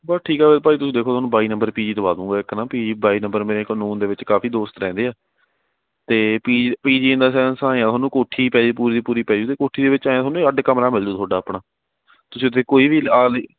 ਬਸ ਠੀਕ ਆ ਫਿਰ ਭਾਅ ਜੀ ਤੁਸੀਂ ਦੇਖੋ ਤੁਹਾਨੂੰ ਬਾਈ ਨੰਬਰ ਪੀ ਜੀ ਦਵਾ ਦੂੰਗਾ ਇੱਕ ਨਾ ਪੀ ਜੀ ਬਾਈ ਨੰਬਰ ਮੇਰੇ ਕੋਲ ਨੋਨ ਦੇ ਵਿੱਚ ਕਾਫੀ ਦੋਸਤ ਰਹਿੰਦੇ ਆ ਅਤੇ PG P G in the sense ਆਂਯਾ ਤੁਹਾਨੂੰ ਕੋਠੀ ਪੈ ਜਾਏ ਪੂਰੀ ਦੀ ਪੂਰੀ ਪੈ ਜਾਵੇ ਅਤੇ ਕੋਠੀ ਦੇ ਵਿੱਚ ਐਂ ਤੁਹਾਨੂੰ ਅੱਡ ਕਮਰਾ ਮਿਲ ਜਾਉ ਤੁਹਾਡਾ ਆਪਣਾ ਤੁਸੀਂ ਉੱਥੇ ਕੋਈ ਵੀ